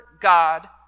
God